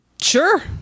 Sure